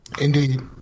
Indeed